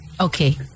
Okay